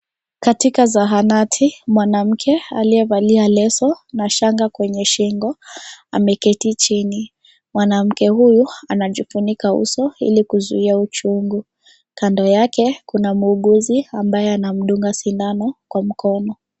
Katika zahanati, mwanamke, aliye valia leso, na shanga kwenye shingo, ameketi chini, mwanamke huyu, anajifunika uso, ili kuzuia uchungu, kando yake, kuna muuguzi, ambaye anamdunga sindano, kwa mkono.